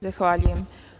Zahvaljujem.